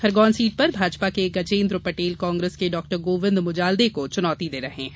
Khargone seat पर भाजपा के Gajendra Patel Congress के डॉ गोविंद मुजाल्दे को चुनौती दे रहे हैं